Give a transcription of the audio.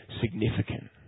significant